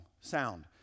sound